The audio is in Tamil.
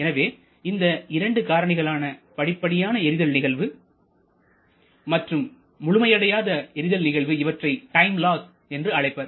எனவே இந்த இரண்டு காரணிகளான படிப்படியான எரிதல் நிகழ்வு மற்றும் முழுமையடையாத எரிதல் நிகழ்வு இவற்றை டைம் லாஸ் என்று அழைப்பர்